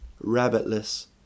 rabbitless